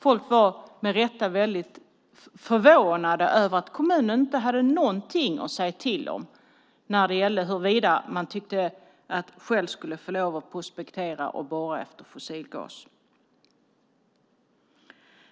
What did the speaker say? Folk var med rätta väldigt förvånade över att kommunen inte hade någonting att säga till om när det gällde huruvida man tyckte att Shell skulle få lov att prospektera och borra efter fossilgas.